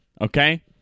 Okay